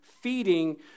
feeding